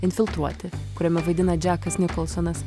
infiltruoti kuriame vaidina džekas nikolsonas